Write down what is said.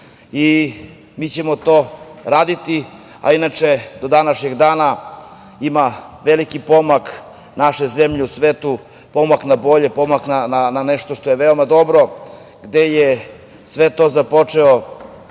i mi ćemo to raditi, a inače, do današnjeg dana, ima veliki pomak naše zemlje u svetu, pomak na bolje, pomak na to što je veoma dobro, gde je sve to započeo